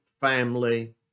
family